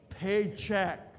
Paycheck